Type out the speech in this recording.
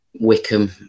Wickham